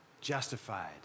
justified